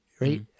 right